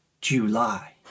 July